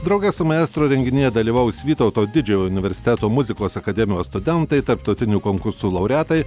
drauge su maestro renginyje dalyvaus vytauto didžiojo universiteto muzikos akademijos studentai tarptautinių konkursų laureatai